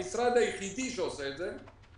המשרד היחידי שעושה את זה.